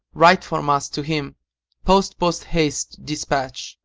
write from us to him post-post-haste despatch.